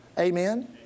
amen